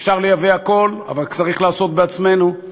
אפשר לייבא הכול, אבל צריך לעשות בעצמנו,